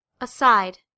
Aside